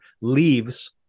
leaves